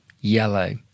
yellow